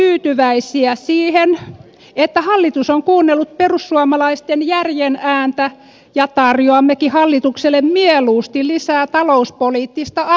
olemme luonnollisesti tyytyväisiä siihen että hallitus on kuunnellut perussuomalaisten järjen ääntä ja tarjoammekin hallitukselle mieluusti lisää talouspoliittista apua